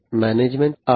અને મેનેજમેન્ટ